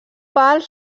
pals